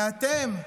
ואתם,